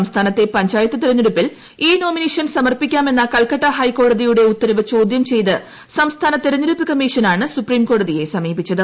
സംസ്ഥാനത്തിൽ പ്പഞ്ചായത്ത് തിരഞ്ഞെടുപ്പിൽ ഇ നോമിനേഷൻ സമർപ്പിക്കാമെന്ന കൽക്കട്ട ്ഹൈക്കോടതിയുടെ ഉത്തരവ് ചോദ്യം ചെയ്ത് സംസ്ഥാന തിരഞ്ഞെടുപ്പ് കമ്മീഷനാണ് സുപ്രീംകോടതിയെ സമീപിച്ചത്